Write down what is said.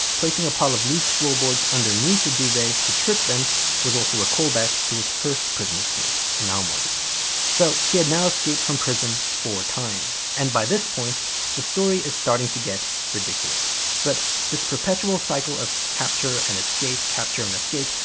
placing a pile of loose floorboards underneath the duvet to trick them was also a callback to his first prison escape in aomori. so he had now escaped from prison four times. and by this point the story is starting to get ridiculous. but this perpetual cycle of capture and escape, capture and escape,